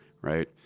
right